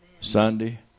Sunday